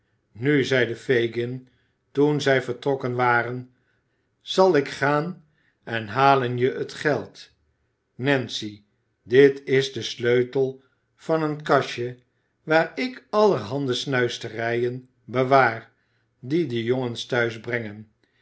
nu zeide fagin toen zij vertrokken waren zal ik gaan en halen je het geld nancy dit is de sleutel van een kastje waar ik allerhande snuisterijen bewaar die de jongens thuis brengen